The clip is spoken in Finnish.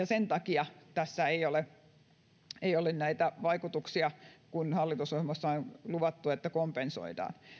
sen takia tässä ei ole näitä vaikutuksia kun hallitusohjelmassa on luvattu että kompensoidaan